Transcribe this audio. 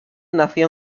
nació